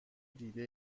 دیده